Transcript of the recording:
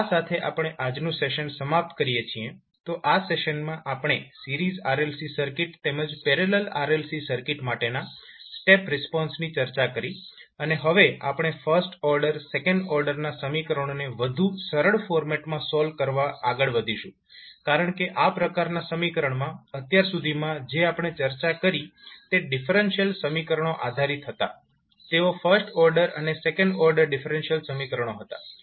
તો આ સાથે આપણે આજનું સેશન સમાપ્ત કરીએ છીએ તો આ સેશનમાં આપણે સીરીઝ RLC સર્કિટ તેમજ પેરેલલ RLC સર્કિટ માટેના સ્ટેપ રિસ્પોન્સની ચર્ચા કરી અને હવે આપણે ફર્સ્ટ ઓર્ડર સેકન્ડ ઓર્ડર ના સમીકરણોને વધુ સરળ ફોર્મેટ માં સોલ્વ કરવા આગળ વઘીશું કારણ કે આ પ્રકારનાં સમીકરણમા અત્યાર સુધીમાં જે આપણે ચર્ચા કરી તે ડિફરેન્શિયલ સમીકરણો આધારીત હતા તેઓ ફર્સ્ટ ઓર્ડર અને સેકન્ડ ઓર્ડર ડિફરેન્શિયલ સમીકરણો હતા